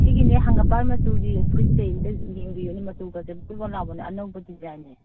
ꯁꯤꯒꯤꯅꯦ ꯍꯪꯒꯥꯝꯄꯥꯟ ꯃꯆꯨꯒꯤ ꯐꯨꯔꯤꯠꯁꯦ ꯑꯝꯇ ꯌꯦꯡꯕꯤꯌꯨꯅꯦ ꯃꯇꯨꯒꯁꯦ ꯕꯣꯟ ꯕꯣꯟ ꯂꯥꯎꯕꯅꯦ ꯑꯅꯧꯕ ꯗꯤꯖꯥꯏꯟꯅꯦ